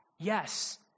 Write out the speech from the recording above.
Yes